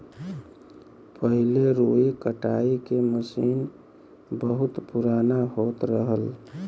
पहिले रुई कटाई के मसीन बहुत पुराना होत रहल